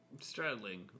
Straddling